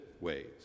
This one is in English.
ways